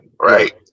right